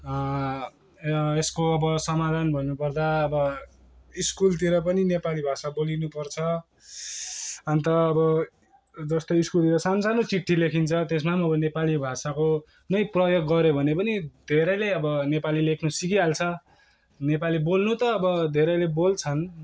यसकोअब समाधान भन्नुपर्दा अब स्कुलतिर पनि नेपाली भाषा बोलिनु पर्छ